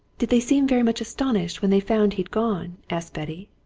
did they seem very much astonished when they found he'd gone? asked betty.